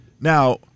Now